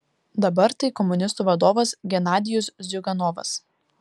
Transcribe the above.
dabar tai komunistų vadovas genadijus ziuganovas